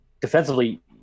defensively